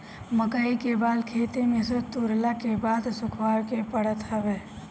मकई के बाल खेते में से तुरला के बाद सुखावे के पड़त हवे